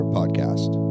Podcast